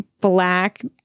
black